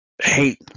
hate